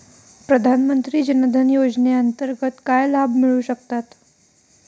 प्रधानमंत्री जनधन योजनेअंतर्गत काय लाभ मिळू शकतात?